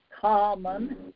common